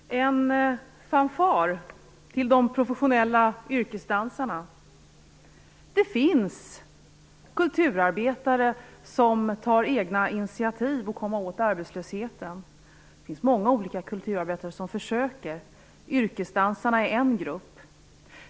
Herr talman! En fanfar till de professionella yrkesdansarna. Det finns kulturarbetare som tar egna initiativ för att komma åt arbetslösheten. Det finns många olika kulturarbetare som försöker. Yrkesdansarna är en grupp.